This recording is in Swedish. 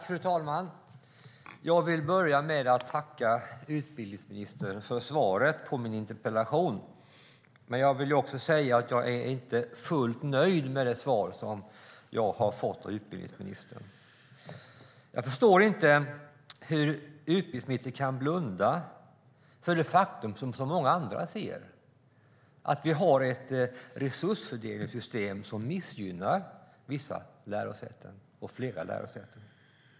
Fru talman! Jag vill börja med att tacka utbildningsministern för svaret på min interpellation, men jag vill samtidigt säga att jag inte är fullt nöjd med det svar som jag fått av utbildningsministern. Jag förstår inte hur utbildningsministern kan blunda för ett faktum som så många andra ser, att vi har ett resursfördelningssystem som missgynnar vissa lärosäten.